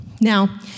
Now